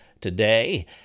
today